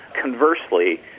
Conversely